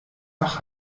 wach